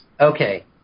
Okay